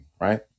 right